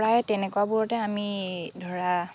প্ৰায় তেনেকুৱাবোৰতে আমি ধৰা